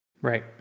right